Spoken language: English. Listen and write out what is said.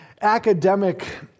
academic